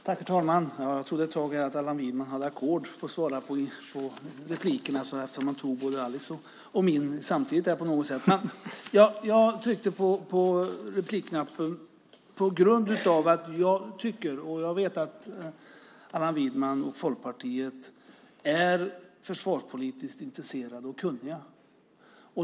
Herr talman! Jag trodde ett tag att Allan Widman hade ackord på att svara på replikerna eftersom han på något sätt tog replik på både mig och Alice samtidigt. Jag tryckte på replikknappen därför att jag vet att Allan Widman och Folkpartiet är försvarspolitiskt intresserade och kunniga.